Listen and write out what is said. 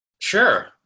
sure